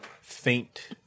faint